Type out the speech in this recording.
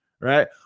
right